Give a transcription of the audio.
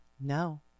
No